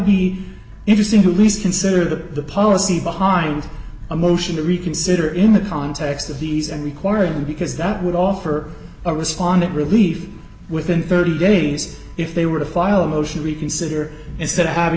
be interesting to least consider the policy behind a motion to reconsider in the context of these and requiring them because that would offer a respondent relief within thirty days if they were to file a motion reconsider instead of having